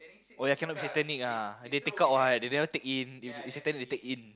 oh ya cannot satanic ah they take out what they never take in if satanic they take in